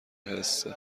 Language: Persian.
حسه